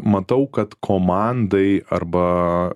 matau kad komandai arba